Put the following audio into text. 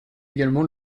également